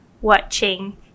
watching